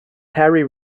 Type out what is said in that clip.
parry